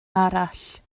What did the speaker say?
arall